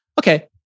Okay